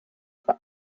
for